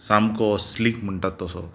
सामको स्लीक म्हणटा तसो